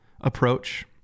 approach